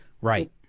Right